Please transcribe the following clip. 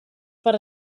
per